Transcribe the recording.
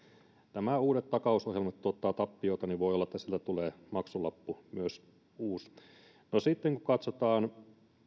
nämä uudet takausohjelmat tuottavat tappiota niin voi olla että sieltä tulee uusi maksulappu myös sitten kun katsotaan